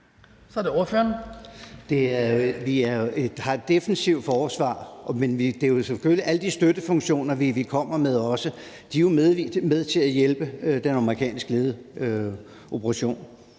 Carlsen (M): Vi har et defensivt forsvar, men alle de støttefunktioner, vi også kommer med, er med til at hjælpe den amerikansk ledede operation.